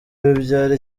bibyara